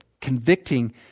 convicting